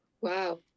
Wow